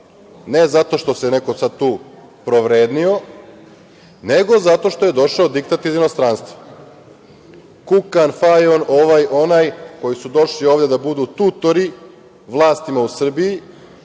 ne zato što se neko tu provrednio, nego zato što je došao diktat iz inostranstva. Kuka Fajon, ovaj, onaj, koji su došli ovde da budu tutori vlastima u Srbiji,